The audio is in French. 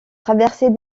traversée